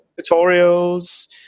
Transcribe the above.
tutorials